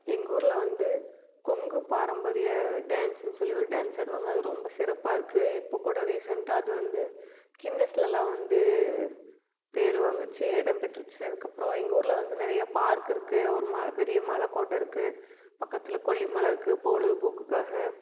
எங்கள் ஊரில் வந்து கொங்கு பாரம்பரிய டான்ஸுன்னு சொல்லி ஒரு டான்ஸ் ஆடுவாங்க அது ரொம்ப சிறப்பாக இருக்குது இப்போ கூட ரீசெண்டாக அது வந்து கின்னஸ்லலாம் வந்து பேர் வாங்குச்சு இடம் பெற்றுச்சு அதுக்கப்றம் எங்கள் ஊரில் வந்து நிறைய பார்க் இருக்குது ஒரு பெரிய மலக்கோட்டை இருக்குது பக்கத்தில் கொல்லிமலை இருக்குது பொழுதுபோக்குக்காக